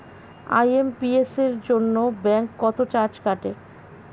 IMPS এর জন্য bank কত চার্জ কাটে?